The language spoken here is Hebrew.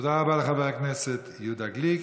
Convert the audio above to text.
תודה רבה לחבר הכנסת יהודה גליק.